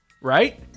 right